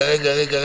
רגע.